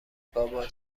بابا